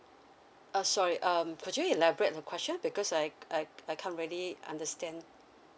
uh sorry um could you elaborate the question because I I I can't really understand